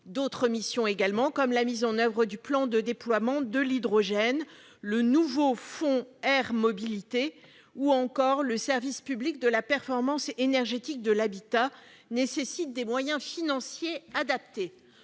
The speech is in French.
D'autres missions également, comme la mise en oeuvre du plan de déploiement de l'hydrogène, le nouveau fonds air-mobilité ou encore le service public de la performance énergétique de l'habitat nécessitent des moyens financiers adaptés.